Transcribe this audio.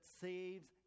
saves